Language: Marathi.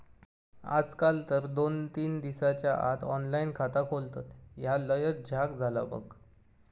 आजकाल तर दोन तीन दिसाच्या आत ऑनलाइन खाता खोलतत, ह्या लयच झ्याक झाला बघ